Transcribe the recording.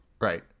right